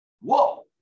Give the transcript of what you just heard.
Whoa